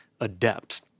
adept